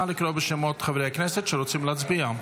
נא לקרוא בשמות חברי הכנסת שרוצים להצביע.